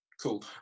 cool